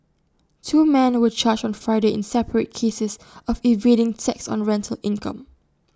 two men were charged on Friday in separate cases of evading taxes on rental income